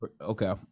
Okay